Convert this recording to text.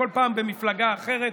כל פעם במפלגה אחרת,